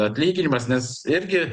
atlyginimas nes irgi